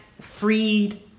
freed